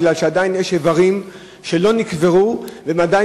כי עדיין יש איברים שלא נקברו והם עדיין